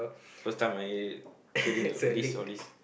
first time I h~ hearing all this all this